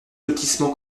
lotissement